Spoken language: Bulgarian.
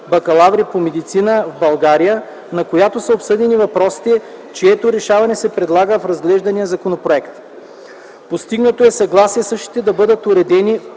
бакалаври по медицина в България”, на която са обсъдени въпросите, чието решаване се предлага в разглеждания законопроект. Постигнато е съгласие същите да бъдат уредени